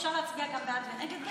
אפשר להצביע גם בעד וגם נגד,